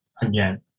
again